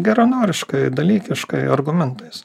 geranoriškai dalykiškai argumentais